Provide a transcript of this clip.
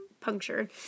punctured